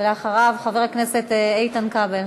אחריו, חבר הכנסת איתן כבל.